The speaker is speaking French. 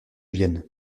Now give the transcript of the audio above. vienne